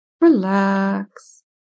Relax